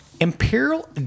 Imperial